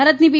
ભારતની પી